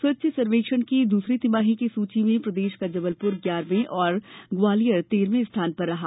स्वच्छ सर्वेक्षण की दूसरी तिमाही की सुची में प्रदेश का जबलपुर ग्यारहवें और ग्वालियर तेरहवें स्थान पर रहा